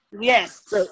Yes